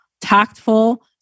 tactful